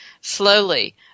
slowly